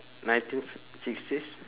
nineteen f~ sixties